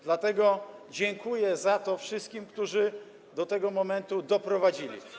Dlatego dziękuję za to wszystkim, którzy do tego momentu doprowadzili.